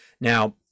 now